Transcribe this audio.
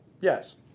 Yes